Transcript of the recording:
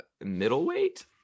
middleweight